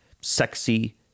sexy